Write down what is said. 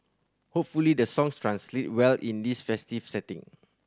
hopefully the songs translate well in this festival setting